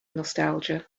nostalgia